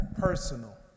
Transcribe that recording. personal